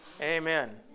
Amen